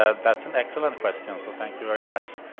ah that's an excellent question so thank you very much.